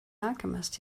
alchemist